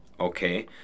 okay